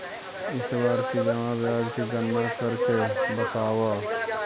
इस बार की जमा ब्याज की गणना करके बतावा